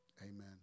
Amen